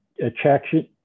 attraction